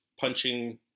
punching